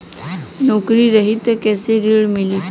नौकरी रही त कैसे ऋण मिली?